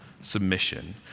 submission